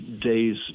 day's